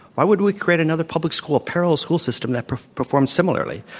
why would we create another public school parallel school system that performs similarly?